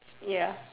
ya